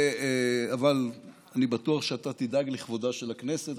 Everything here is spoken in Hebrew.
אבל אני בטוח שאתה תדאג לכבודה של הכנסת,